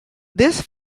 this